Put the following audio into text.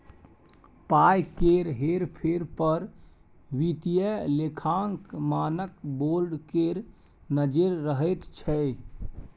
पाय केर हेर फेर पर वित्तीय लेखांकन मानक बोर्ड केर नजैर रहैत छै